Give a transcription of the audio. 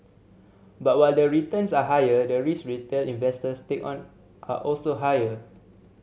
but while the returns are higher the risk retail investors take on are also higher